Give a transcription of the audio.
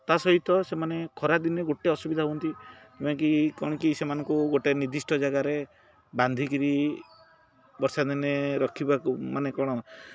ତା ସହିତ ସେମାନେ ଖରାଦିନେ ଗୋଟେ ଅସୁବିଧା ହୁଅନ୍ତି ଯେଉଁଟା କି କ'ଣ କି ସେମାନଙ୍କୁ ଗୋଟେ ନିର୍ଦ୍ଧିଷ୍ଟ ଜାଗାରେ ବାନ୍ଧିକିରି ବର୍ଷା ଦିନେ ରଖିବାକୁ ମାନେ କ'ଣ